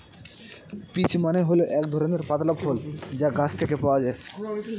peach মানে হল এক ধরনের পাতলা ফল যা গাছ থেকে পাওয়া যায়